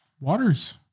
Water's